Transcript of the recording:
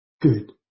good